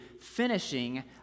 finishing